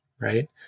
Right